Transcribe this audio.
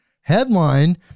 headline